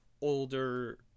older